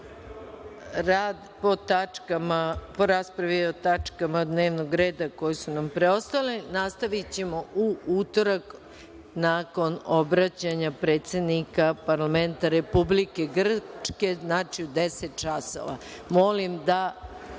poslanici, rad po tačkama dnevnog reda koje su nam preostale nastavićemo u utorak nakon obraćanja predsednika Parlamenta Republike Grčke, znači u 10,00 časova. Molim da